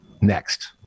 next